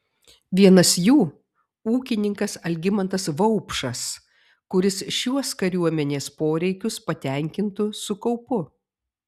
vienas jų ūkininkas algimantas vaupšas kuris šiuos kariuomenės poreikius patenkintų su kaupu